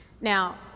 Now